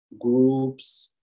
Groups